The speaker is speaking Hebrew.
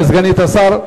תודה לסגנית השר.